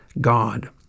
God